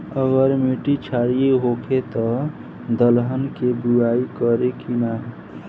अगर मिट्टी क्षारीय होखे त दलहन के बुआई करी की न?